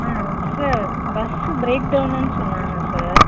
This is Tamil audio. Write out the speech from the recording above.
ஆ சார் பஸ்ஸு பிரேக் டவுனுன்னு சொன்னாங்க சார்